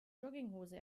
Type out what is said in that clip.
jogginghose